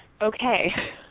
Okay